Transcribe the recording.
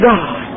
God